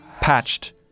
patched